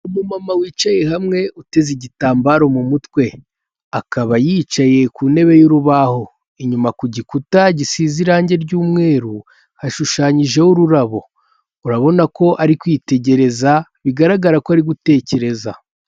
Umumama wicaye hamwe uteze igitambaro mu mutwe, akaba yicaye ku ntebe y'urubaho, inyuma ku gikuta gisize irangi ry'umweru hashushanyijeho ururabo urabona ko ari kwitegereza bigaragara ko ari gutekereza.